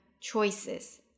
choices